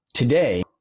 Today